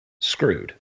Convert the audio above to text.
screwed